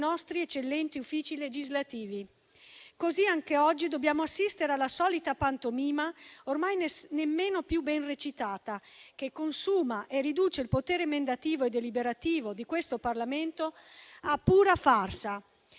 nostri eccellenti uffici legislativi. Così, anche oggi dobbiamo assistere alla solita pantomima, ormai nemmeno più ben recitata, che consuma e riduce il potere emendativo e deliberativo di questo Parlamento a pura farsa;